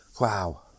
Wow